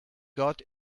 got